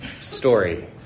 story